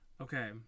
Okay